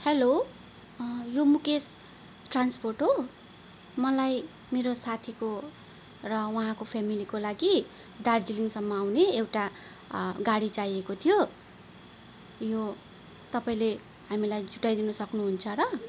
hello यो Mukesh transport हो मलाई मेरो साथीको र उहाँको फेमिलीको लागि दार्जिलिङसम्म आउने एउटा गाडी चाहिएको थियो यो तपाईँले हामीलाई जुटाइदिन सक्नु हुन्छ र